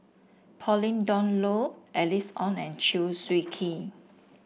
Pauline Dawn Loh Alice Ong and Chew Swee Kee